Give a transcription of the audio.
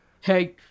Hey